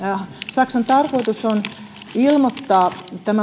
saksan tarkoitus on ilmoittaa